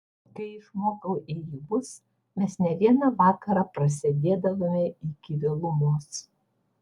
kai išmokau ėjimus mes ne vieną vakarą prasėdėdavome iki vėlumos